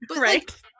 Right